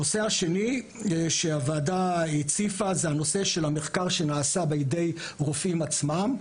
הנושא השני שהוועדה הציפה זה הנושא של מחקר שנעשה בידי רופאים עצמם,